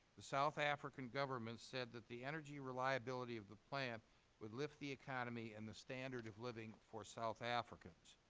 the south african government said that the energy reliability of the plant would lift the economy and the standard of living for south africans.